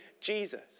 Jesus